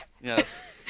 Yes